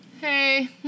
Hey